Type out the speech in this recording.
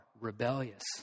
rebellious